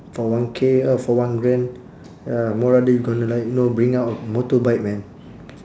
for one K uh for one grand ya more rather you gonna like know bring out a motorbike man